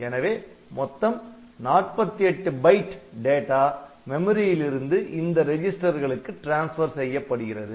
எனவே மொத்தம் 48 byte data மெமரியில் இருந்து இந்த ரிஜிஸ்டர்களுக்கு டிரான்ஸ்பர் செய்யப்படுகிறது